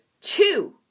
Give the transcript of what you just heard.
two